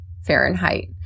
Fahrenheit